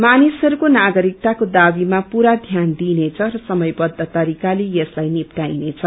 मानिसहरूको नागरिकताको दावीमा पूरा ध्यान दिइनेछ र समयवद्ध तरिकाले यसलाई निप्टाइनेछ